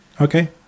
Okay